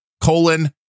colon